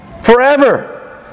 forever